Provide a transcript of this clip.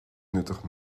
nuttig